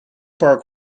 park